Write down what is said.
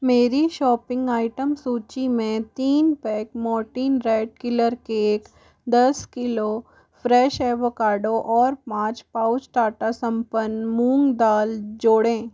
मेरी shopping item सूची में तीन pack Mortein rat killer cake दस किलो फ्रेश एवोकाडो और पाँच पाउच टाटा संपन्न मूँग दाल जोड़ें